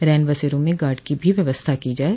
रैन बसेरों में गार्ड की भी व्यवस्था की जाये